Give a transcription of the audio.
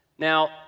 Now